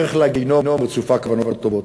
הדרך לגיהינום רצופה כוונות טובות.